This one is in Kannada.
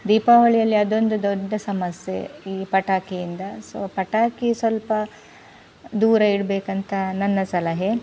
ದೀಪಾವಳಿಯಲ್ಲಿ ಅದೊಂದು ದೊಡ್ಡ ಸಮಸ್ಯೆ ಈ ಪಟಾಕಿಯಿಂದ ಸೊ ಪಟಾಕಿ ಸ್ವಲ್ಪ ದೂರ ಇಡಬೇಕಂತ ನನ್ನ ಸಲಹೆ